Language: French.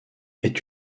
est